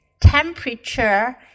temperature